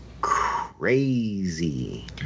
crazy